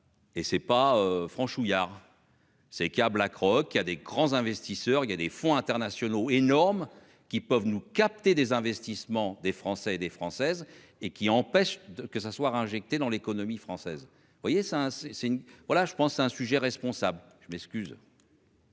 Et c'est pas franchouillard. Ces câbles a Croque il a des grands investisseurs il y a des fonds internationaux énorme qui peuvent nous capter des investissements des Français et des Françaises et qui empêche que s'asseoir injectés dans l'économie française. Vous voyez ça hein c'est c'est une voilà je pense un sujet responsable je m'excuse.